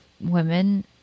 Women